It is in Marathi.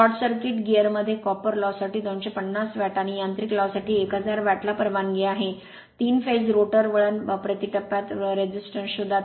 शॉर्ट सर्किट िंग गीअरमध्ये कॉपर लॉससाठी 250 वॅट आणि यांत्रिक लॉससाठी 1000 वॅटला परवानगी आहे 3 फेज रोटर वळण उजवीकडे प्रति टप्प्यात प्रतिरोध शोधा